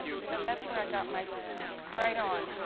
so that's where i got my right on.